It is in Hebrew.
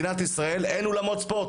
אין אולמות ספורט.